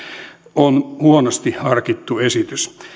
on huonosti harkittu esitys